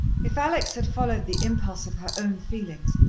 if alex had followed the impulse of her own feelings,